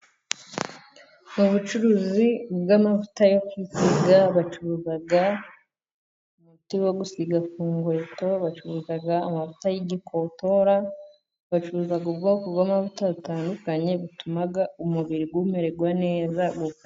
Mu bucuruzi bw'amavuta yo kwisiga, bacuruza umuti wo gusiga ku nkweto, bacuruza amavuta y'igikotora, bacuruza ubwoko bw'amavuta butandukanye butuma umubiri umererwa neza.